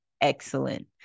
Excellent